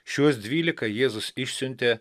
šiuos dvylika jėzus išsiuntė